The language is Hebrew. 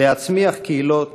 להצמיח קהילות